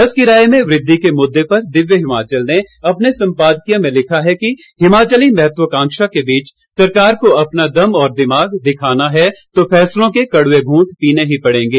बस किराये में वृद्धि के मुद्दे पर दिव्य हिमाचल ने अपने सम्पादकीय में लिखा है कि हिमाचली महत्वकांक्षा के बीच सरकार को अपना दम और दिमाग दिखाना है तो फैसलों के कड़वे घूंट पीने ही पड़ेंगे